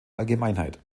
allgemeinheit